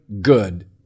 good